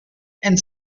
and